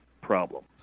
problem